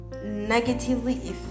negatively